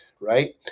Right